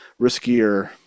riskier